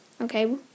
okay